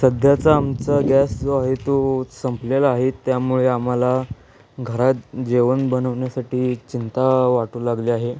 सध्याचा आमचा गॅस जो आहे तो संपलेला आहे त्यामुळे आम्हाला घरात जेवण बनवण्यासाठी चिंता वाटू लागली आहे